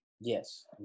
Yes